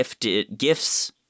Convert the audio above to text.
gifts